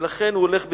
ולכן הוא הולך בשיטה,